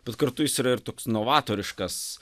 bet kartu jis yra ir toks novatoriškas